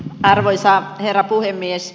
arvoisa herra puhemies